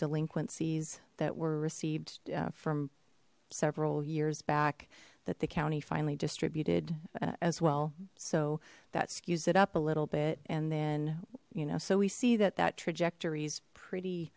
delinquencies that were received from several years back that the county finally distributed as well so that skews it up a little bit and then you know so we see that that trajectory is pretty